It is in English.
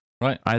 Right